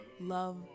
love